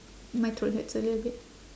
my throat hurts a little bit